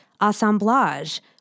assemblage